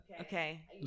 Okay